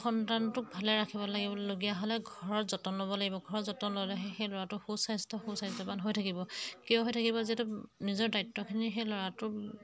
সন্তানটোক ভালে ৰাখিব লাগিবলগীয়া হ'লে ঘৰত যতন ল'ব লাগিব ঘৰত যতন ল'লেহে সেই ল'ৰাটো সুস্বাস্থ্য সুস্বাস্থ্যৱান হৈ থাকিব কিয় হৈ থাকিব যিহেতু নিজৰ দায়িত্বখিনি সেই ল'ৰাটো